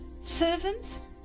servants